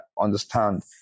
understand